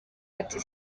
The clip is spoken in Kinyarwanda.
ati